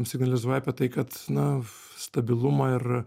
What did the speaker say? signalizuoja apie tai kad na stabilumą ir